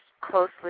closely